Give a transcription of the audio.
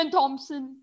Thompson